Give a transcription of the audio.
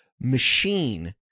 machine